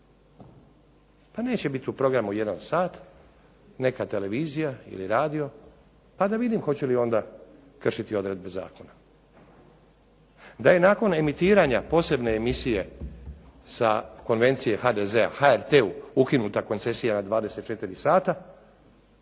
Pa neće biti u programu jedan sat neka televizija ili radio pa ćemo onda vidjeti hoće li onda kršiti odredbe Zakona. DA je nakon emitiranja posebne emisije sa konvencije HDZ-a, HRT-u ukinuta koncesija na 24 sata,